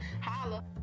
Holla